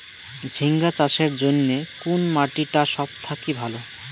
ঝিঙ্গা চাষের জইন্যে কুন মাটি টা সব থাকি ভালো?